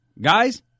Guys